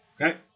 Okay